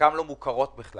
חלקן גם לא מוכרות בכלל.